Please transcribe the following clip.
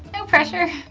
no pressure.